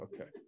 Okay